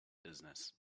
business